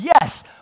Yes